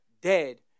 dead